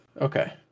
okay